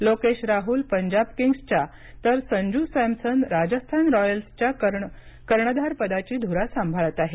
लोकेश राहुल पंजाब किंग्सच्या तर संजू सॅमसन राजस्थान रॉयल्सच्या कर्णधारपदाची धुरा सांभाळत आहे